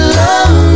love